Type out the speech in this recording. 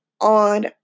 on